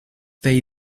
they